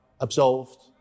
absolved